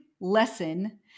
lesson